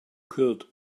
killed